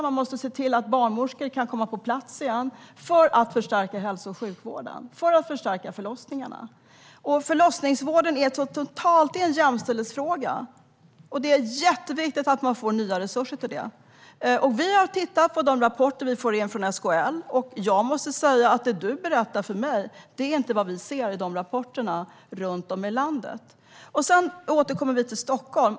Man måste se till att barnmorskor kan komma på plats igen för att förstärka hälso och sjukvården och för att förstärka förlossningarna. Frågan om förlossningsvården är en jämställdhetsfråga. Det är jätteviktigt att man får nya resurser till detta. Vi har tittat på de rapporter vi fått in från SKL. Jag måste säga att det du berättar för mig är inte vad vi ser i rapporterna om hur det är runt om i landet. Sedan återkommer vi till Stockholm.